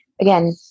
Again